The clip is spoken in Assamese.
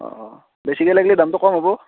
অঁ বেছিকে লাগিলে দামটো কম হ'ব